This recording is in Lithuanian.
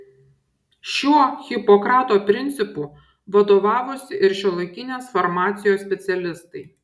šiuo hipokrato principu vadovavosi ir šiuolaikinės farmacijos specialistai